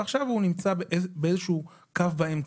ועכשיו הוא נמצא באיזשהו קו באמצע.